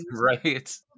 right